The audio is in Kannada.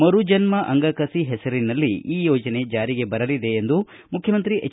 ಮರು ಜನ್ಮ ಅಂಗಕಸಿ ಹೆಸರಿನಲ್ಲಿ ಈ ಯೋಜನೆ ಜಾರಿಗೆ ಬರಲಿದೆ ಎಂದು ಮುಖ್ಯಮಂತ್ರಿ ಎಚ್